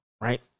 right